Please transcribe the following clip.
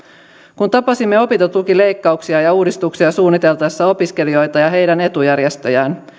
kun tapasimme opintotukileikkauksia ja uudistuksia suunniteltaessa opiskelijoita ja heidän etujärjestöjään